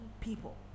people